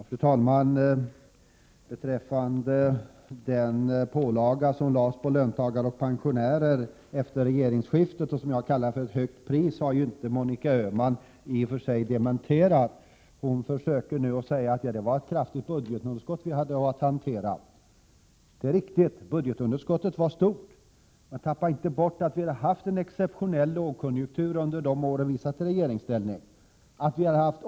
Fru talman! Vad jag anförde beträffande den pålaga som lades på löntagare och pensionärer efter regeringsskiftet och som jag kallade ett högt pris har Monica Öhman inte dementerat. Hon säger att socialdemokraterna hade ett kraftigt budgetunderskott att hantera. Det är riktigt att budgetunderskottet var stort, men tappa inte bort att lågkonjunkturen var exceptionell under de år som vi satt i regeringsställning.